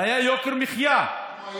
והיה יוקר מחיה, כמו היום?